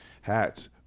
hats